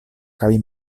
kaj